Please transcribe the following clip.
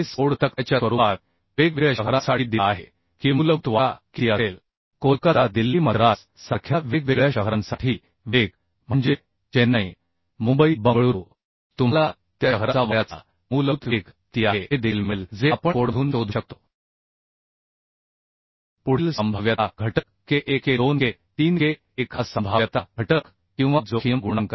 code तक्त्याच्या स्वरूपात वेगवेगळ्या शहरांसाठी दिला आहे की मूलभूत वारा किती असेल कोलकाता दिल्ली मद्रास सारख्या वेगवेगळ्या शहरांसाठी वेग म्हणजे चेन्नई मुंबई बंगळुरू तुम्हाला त्या शहराचा वाऱ्याचा मूलभूत वेग किती आहे हे देखील मिळेल जे आपण कोडमधून शोधू शकतो पुढील संभाव्यता घटक k1 k2 k3 k1 हा संभाव्यता घटक किंवा जोखीम गुणांक आहे